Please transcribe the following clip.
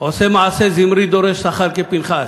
עושה מעשה זמרי, דורש שכר כפנחס.